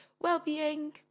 well-being